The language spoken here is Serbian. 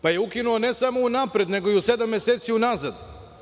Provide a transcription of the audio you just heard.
Pa, je ukinuo ne samo unapred nego i sedam meseci u nazad.